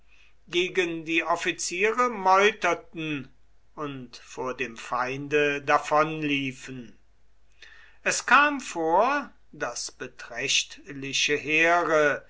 gegen die offiziere meuterten und vor dem feinde davonliefen es kam vor daß beträchtliche heere